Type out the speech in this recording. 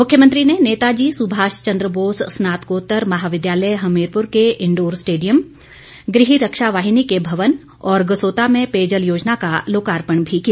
मुख्यमंत्री ने नेताजी सुभाष चंद्र बोस स्नातकोत्तर महाविद्यालय हमीरपुर के इंडोर स्टेडियम गृह रक्षा वाहिनी के भवन और गसोता में पेयजल योजना का लोकार्पण भी किया